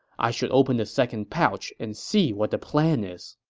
i should open the second pouch and see what the plan is.